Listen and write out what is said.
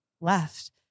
left